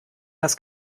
das